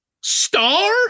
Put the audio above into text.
star